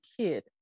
kid